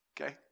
Okay